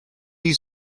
you